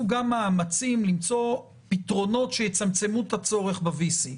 גם מאמצים למצוא פתרונות שיצמצמו את הצורך ב-VC.